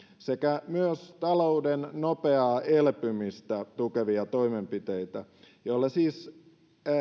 sekä myös talouden nopeaa elpymistä tukevia toimenpiteitä joilla siis